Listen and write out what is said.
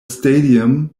stadium